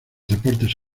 deportes